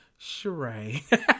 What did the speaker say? Sheree